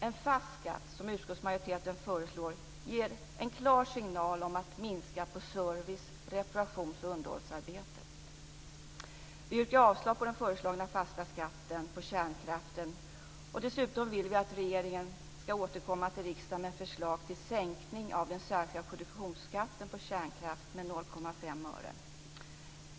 En fast skatt, som utskottsmajoriteten föreslår, ger en klar signal om att man ska minska på service, reparations och underhållsarbetet. Vi yrkar avslag på den föreslagna fasta skatten på kärnkraft. Dessutom vill vi att regeringen ska återkomma till riksdagen med ett förslag om sänkning av den särskilda produktionsskatten på kärnkraft med 0,5 öre.